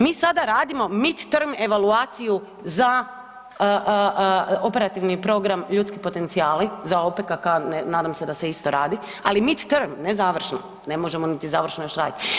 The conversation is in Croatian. Mi sada radimo mid-term evaluaciju za operativni program ljudski potencijali, za OPKK nadam se da se isto radi, ali mid-term ne završno, ne možemo niti završno još radit.